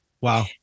Wow